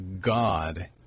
God